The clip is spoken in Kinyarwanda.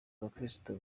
abakristo